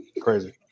Crazy